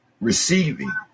receiving